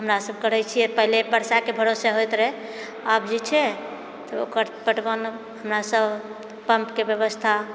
हमरासभ करैत छिऐ पहले वर्षाके भरोसे होइत रहए आब जेछै तऽ ओकर पटवन हमरा सभ पम्पके व्यवस्था